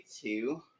two